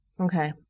Okay